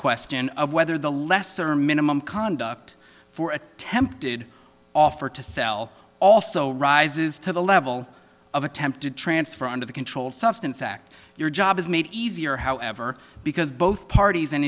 question of whether the lesser minimum conduct for attempted offer to sell also rises to the level of attempted transfer under the controlled substance act your job is made easier however because both parties and